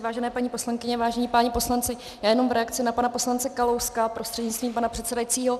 Vážené paní poslankyně, vážení páni poslanci, já jenom v reakci na pana poslance Kalouska prostřednictvím pana předsedajícího.